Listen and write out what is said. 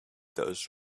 those